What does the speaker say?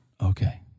okay